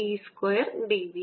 B 120E2dV